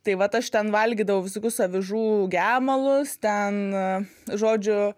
tai vat aš ten valgydavau visokius avižų gemalus ten žodžiu